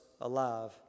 alive